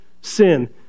sin